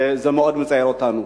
זה מאוד מצער אותנו.